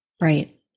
Right